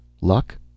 Luck